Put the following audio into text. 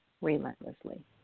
relentlessly